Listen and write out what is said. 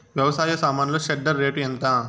వ్యవసాయ సామాన్లు shredder rate ఎంత?